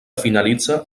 finalitza